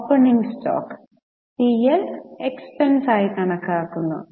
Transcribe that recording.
opening stock P L expense ആയി കണക്കാക്കുന്നു